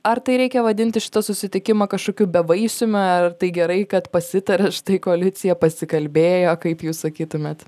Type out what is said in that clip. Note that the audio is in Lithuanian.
ar tai reikia vadinti šitą susitikimą kažkokiu bevaisiumi ar tai gerai kad pasitarė štai koalicija pasikalbėjo kaip jūs sakytumėt